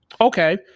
okay